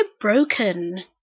broken